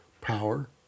power